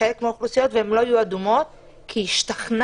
לחלק מהאוכלוסיות והן לא יהיו אדומות כי השתכנעו